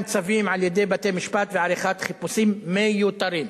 צווים על-ידי בתי-משפט ועריכת חיפושים מיותרים.